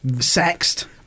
sexed